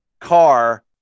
car